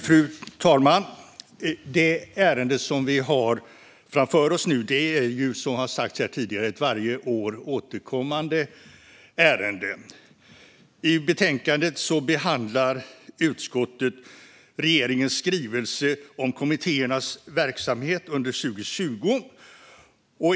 Fru talman! Det ärende som vi har framför oss nu är, som har sagts här tidigare, ett ärende som återkommer varje år. I betänkandet behandlar utskottet regeringens skrivelse om kommittéernas verksamhet under 2020.